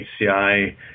HCI